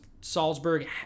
Salzburg